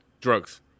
Drugs